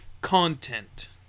content